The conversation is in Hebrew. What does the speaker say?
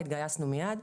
התגייסנו מיד.